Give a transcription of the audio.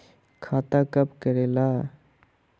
खाता कब करेला?